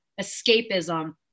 escapism